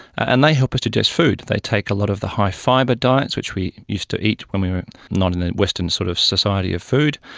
and they help us digest food. they take a lot of the high fibre diet which we used to eat when we were not in a western sort of society of food,